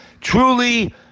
truly